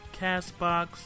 Castbox